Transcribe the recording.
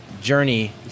journey